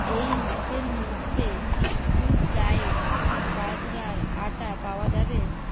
এই মাসের মধ্যে কি গুড ডায়েট বাজরার আটা পাওয়া যাবে